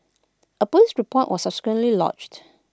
A Police report was subsequently lodged